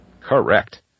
Correct